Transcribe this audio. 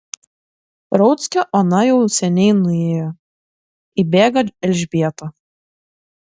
rauckio ona jau seniai nuėjo įbėga elžbieta